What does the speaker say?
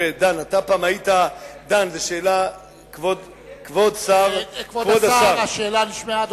תראה, דן, אתה פעם היית, כבוד השר, השאלה נשמעה.